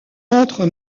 entre